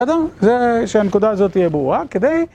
בסדר? זה שהנקודה הזאת תהיה ברורה כדי